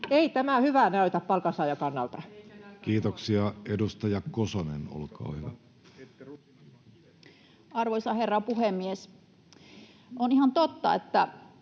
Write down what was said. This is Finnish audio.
ei tämä hyvältä näytä palkansaajan kannalta. Kiitoksia. — Edustaja Kosonen, olkaa hyvä. Arvoisa herra puhemies! On ihan totta, että